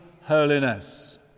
holiness